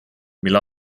mille